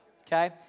okay